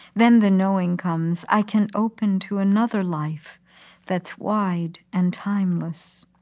then the knowing comes i can open to another life that's wide and timeless.